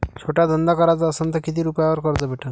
छोटा धंदा कराचा असन तर किती रुप्यावर कर्ज भेटन?